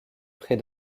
près